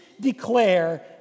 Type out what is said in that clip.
declare